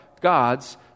God's